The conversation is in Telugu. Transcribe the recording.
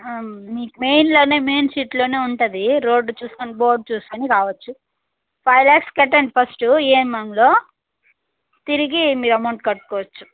ఆ మీకు మెయిన్ లోనే మెయిన్ స్ట్రీట్ లోనే ఉంటుంది రోడ్డు చూసుకుని బోర్డు చూసుకుని రావచ్చు ఫైవ్ లాక్స్ కట్టండి ఫస్ట్ ఇఏంఐలో తిరిగి మీరు అమౌంట్ కట్టుకోవచ్చు